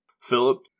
Philip